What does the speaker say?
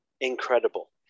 incredible